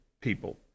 people